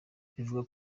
bivuga